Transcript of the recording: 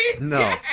No